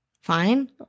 Fine